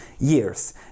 years